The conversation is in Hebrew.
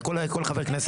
לכל חבר כנסת.